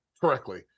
correctly